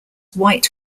white